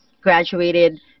graduated